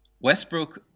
Westbrook